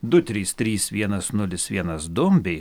du trys trys vienas nulis vienas du bei